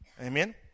Amen